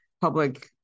public